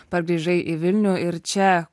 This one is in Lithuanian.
pargrįžai į vilnių ir čia